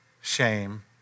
shame